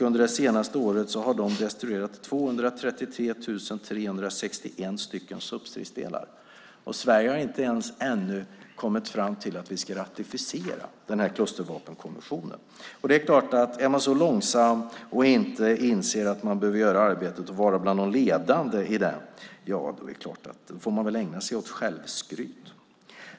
Under det senaste året har Spanien låtit destruera 233 361 substridsdelar. Sverige har ännu inte ens kommit fram till att vi ska ratificera klustervapenkonventionen. Om man är så långsam och inte inser att man behöver vara ledande i arbetet får man väl ägna sig åt självskryt.